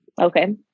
Okay